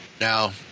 Now